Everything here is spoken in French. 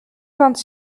saint